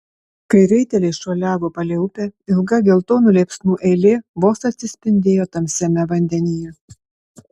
kai raiteliai šuoliavo palei upę ilga geltonų liepsnų eilė vos atsispindėjo tamsiame vandenyje